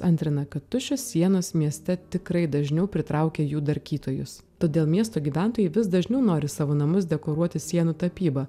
antrina kad tuščios sienos mieste tikrai dažniau pritraukia jų darkytojus todėl miesto gyventojai vis dažniau nori savo namus dekoruoti sienų tapyba